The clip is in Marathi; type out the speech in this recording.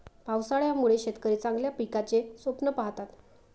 पावसाळ्यामुळे शेतकरी चांगल्या पिकाचे स्वप्न पाहतात